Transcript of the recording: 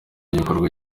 igikorwa